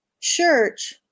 church